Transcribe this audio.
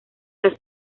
las